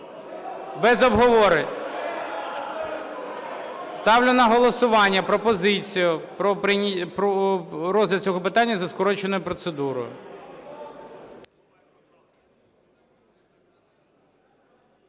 Без обговорення. Ставлю на голосування пропозицію про розгляд цього питання за скороченою процедурою.